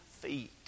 feet